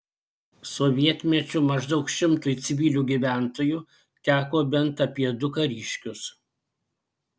sovietmečiu maždaug šimtui civilių gyventojų teko bent apie du kariškius